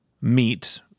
meet